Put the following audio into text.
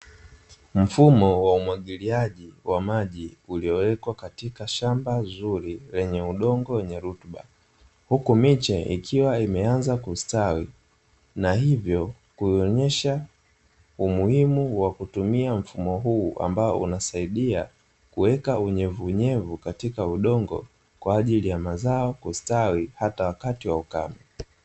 Mfumo wa umwagiliaji wa maji, uliowekwa katika shamba zuri lenye udongo wenye rutuba. Huku miche ikiwa imeanza kustawi na hivyo kuonyesha umuhimu wa kutumia mfumo huo, ambao unasaidia kuweka unyevu unyevu katika udongo kwa ajili ya mazao kustawi hata wakati wa ukame.